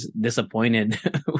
disappointed